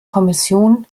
kommission